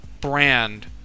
brand